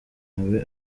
nawe